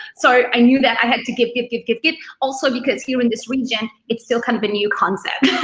so i knew that i had to give, give, give, give give, also, also because here in this region, it's still kind of a new concept.